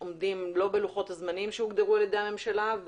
עומדים בלוחות הזמנים שהוגדרו על ידי הממשלה.